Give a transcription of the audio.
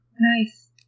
Nice